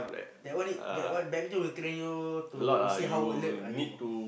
that one need that one badminton will train you to see how alert are you